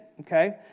okay